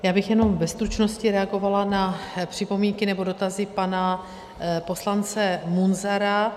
Já bych jenom ve stručnosti reagovala na připomínky nebo dotazy pana poslance Munzara.